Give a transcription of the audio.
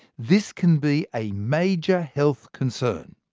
this can be a major health concern.